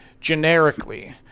generically